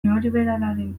neoliberalaren